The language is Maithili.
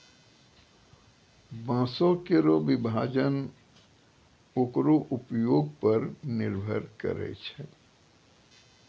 बांसों केरो विभाजन ओकरो उपयोग पर निर्भर करै छै